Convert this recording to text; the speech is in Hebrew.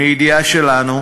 מידיעה שלנו,